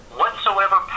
whatsoever